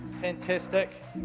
Fantastic